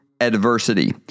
adversity